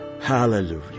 Hallelujah